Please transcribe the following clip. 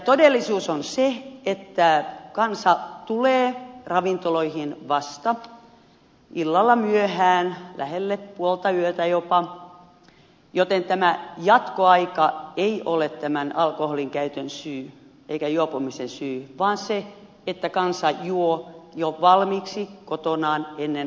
todellisuudessa on niin että kansa tulee ravintoloihin vasta illalla myöhään lähellä puoltayötä jopa joten tämä jatkoaika ei ole tämän alkoholinkäytön syy eikä juopumisen syy vaan se että kansa juo jo valmiiksi kotonaan ennen ravintolaan tuloa